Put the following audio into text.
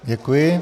Děkuji.